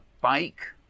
bike